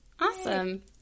Awesome